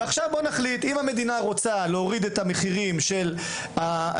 עכשיו בואו נחליט: אם המדינה רוצה להוריד את המחירים של הביצים,